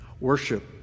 Worship